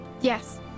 Yes